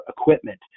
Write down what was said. equipment